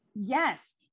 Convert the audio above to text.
yes